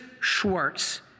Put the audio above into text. Schwartz